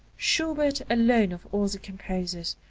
schubert, alone of all the composers,